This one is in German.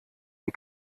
die